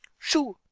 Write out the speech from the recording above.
shoo!